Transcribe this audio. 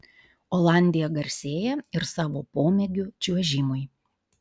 olandija garsėja ir savo pomėgiu čiuožimui